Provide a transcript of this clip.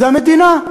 זה המדינה.